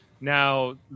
Now